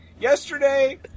Yesterday